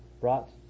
brought